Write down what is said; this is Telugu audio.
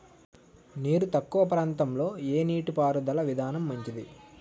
నీరు తక్కువ ప్రాంతంలో ఏ నీటిపారుదల విధానం మంచిది?